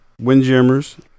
Windjammers